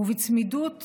ובצמידות לצומת,